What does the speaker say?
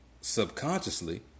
subconsciously